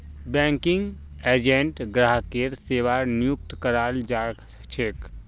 banking agent ग्राहकेर सेवार नियुक्त कराल जा छेक